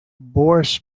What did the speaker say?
boris